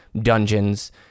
dungeons